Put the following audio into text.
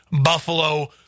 Buffalo